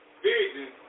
business